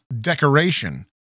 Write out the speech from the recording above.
decoration